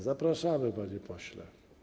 Zapraszamy, panie pośle.